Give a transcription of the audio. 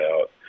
out